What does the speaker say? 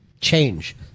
change